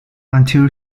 until